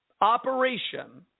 operation